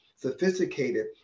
sophisticated